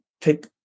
take